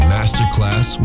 Masterclass